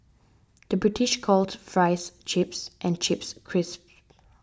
the British calls Fries Chips and Chips Crisps